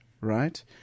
right